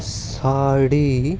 साड़ी